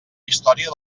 història